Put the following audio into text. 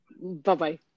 Bye-bye